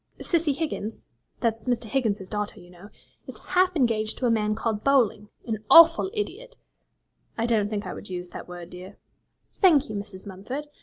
cissy higgins that's mr. higgins's daughter, you know is half engaged to a man called bowling an awful idiot i don't think i would use that word, dear thank you, mrs. mumford.